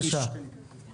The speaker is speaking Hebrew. אני סגן החשב הכללי.